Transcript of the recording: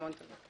המון תודה.